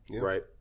Right